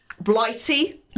blighty